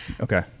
Okay